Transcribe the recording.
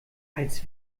als